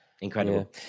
Incredible